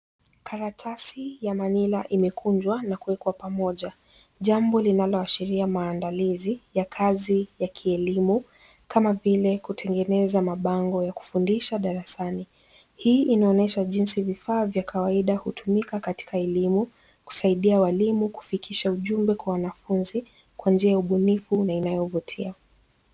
Karatasi ya manila imekunjwa na kuwekwa pamoja. Jambo linaloashiria maandalizi ya kazi ya kielimu kama vile kutengeneza mabango ya kufundisha darasani. Hii inaonyesha jinsi vifaa vya kawaida hutumika katika elimu kusaidia walimu kufikisha ujumbe kwa wanafunzi kwa njia ya ubunifu na inayovutia.